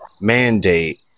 mandate